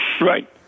Right